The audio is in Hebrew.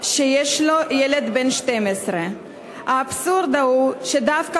שיש לו ילד בן 12. האבסורד הוא שדווקא